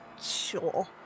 Sure